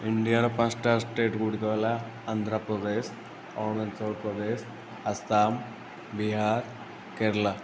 ଇଣ୍ଡିଆର ପାଞ୍ଚଟା ଷ୍ଟେଟ ଗୁଡ଼ିକ ହେଲା ଆନ୍ଧ୍ରପ୍ରଦେଶ ଅରୁଣାଚଳପ୍ରଦେଶ ଆସାମ ବିହାର କେରଲା